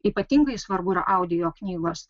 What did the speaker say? ypatingai svarbu yra audioknygos